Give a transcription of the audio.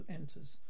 enters